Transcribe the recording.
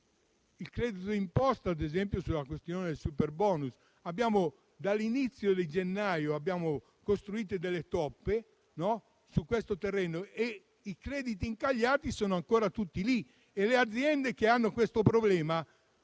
il credito di imposta, ad esempio sulla questione del superbonus. Dall'inizio di gennaio, abbiamo solo messo delle toppe su questo terreno; i crediti incagliati sono ancora tutti lì e alcune delle aziende che hanno questo problema